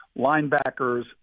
linebackers